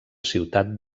ciutat